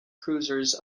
cruisers